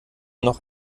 noch